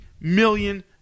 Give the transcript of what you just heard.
million